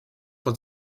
von